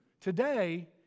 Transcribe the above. today